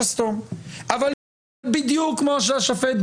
נכון, אבל אני שם את זה על השולחן.